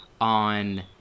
on